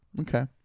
Okay